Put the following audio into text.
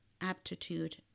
aptitude